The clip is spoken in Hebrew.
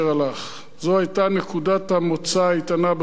זו היתה נקודת המוצא האיתנה בכל דיון אתו.